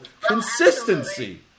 consistency